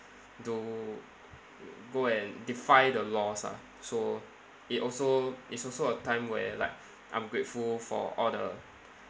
to go and defy the laws ah so it also it's also a time where like I'm grateful for all the